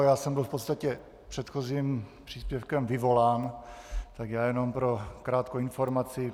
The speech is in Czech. Já jsem byl v podstatě předchozím příspěvkem vyvolán, tak jen pro krátkou informaci.